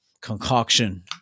concoction